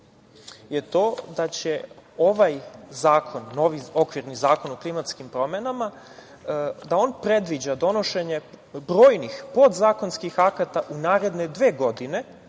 je to da će ovaj zakon, novi okvirni zakon o klimatskim promenama, da on predviđa donošenje brojnih podzakonskih akata, u naredne dve godine,